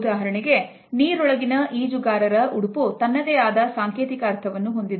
ಉದಾಹರಣೆಗೆ ನೀರೊಳಗಿನ ಈಜುಗಾರರ ಉಡುಪು ತನ್ನದೇ ಆದ ಸಾಂಕೇತಿಕ ಅರ್ಥವನ್ನು ಹೊಂದಿದೆ